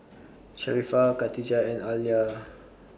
Sharifah Khatijah and Alya